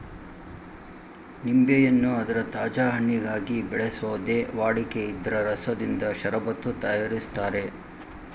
ನಿಂಬೆಯನ್ನು ಅದರ ತಾಜಾ ಹಣ್ಣಿಗಾಗಿ ಬೆಳೆಸೋದೇ ವಾಡಿಕೆ ಇದ್ರ ರಸದಿಂದ ಷರಬತ್ತು ತಯಾರಿಸ್ತಾರೆ